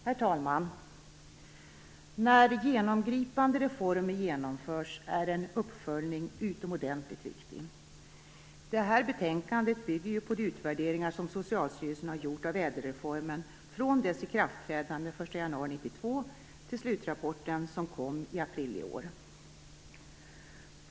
Herr talman! När genomgripande reformer genomförs är en uppföljning utomordentligt viktig. Detta betänkande bygger på de utvärderingar som Socialstyrelsen har gjort av ÄDEL-reformen från dess ikraftträdande den 1 januari 1992 till tiden för slutrapporten, som kom i april i år.